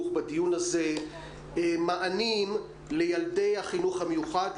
בדיון הזה מענים לילדי החינוך המיוחד,